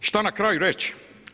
Šta na kraju reći?